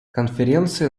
конференции